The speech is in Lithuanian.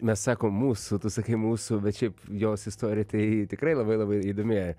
mes sakom mūsų tu sakai mūsų bet šiaip jos istorija tai tikrai labai labai įdomi